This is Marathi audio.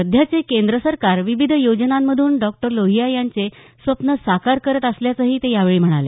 सध्याचे केंद्र सरकार विविध योजनांमधून डॉ लोहीया यांचे स्वप्न साकार करत असल्याचंही ते यावेळी म्हणाले